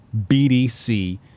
BDC